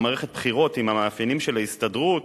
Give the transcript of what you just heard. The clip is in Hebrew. במערכת בחירות עם המאפיינים של ההסתדרות,